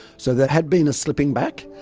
so there had been a slipping back,